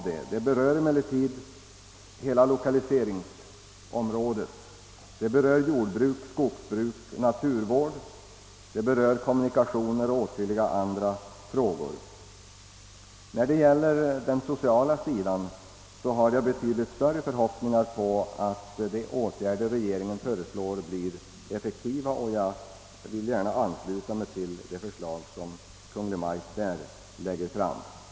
Här berörs emellertid hela lokaliseringsområdet, jordbruk, skogsbruk, naturvård, kommunikationer och åtskilligt annat. När det gäller den sociala sidan har jag betydligt större förhoppningar om att de åtgärder som regeringen föreslår blir effektiva, och jag vill gärna ansluta mig till det förslag som Kungl. Maj:t lägger fram på detta område.